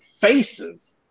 faces